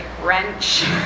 wrench